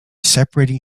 separating